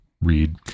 read